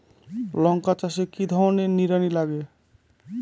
লঙ্কা চাষে কি ধরনের নিড়ানি লাগে?